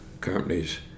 companies